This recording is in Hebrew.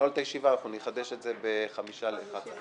אנחנו נחדש את הישיבה ב-10:55.